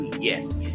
Yes